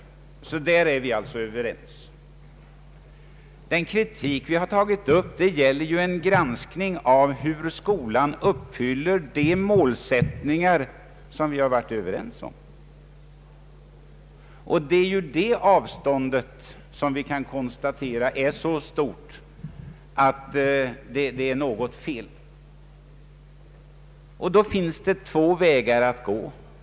På den punkten är vi alltså överens. Den kritik som vi har tagit upp avser en granskning av hur skolan uppfyller de målsättningar som vi har varit överens om. I den frågan är avståndet mellan oss stort. Det finns här två vägar att gå.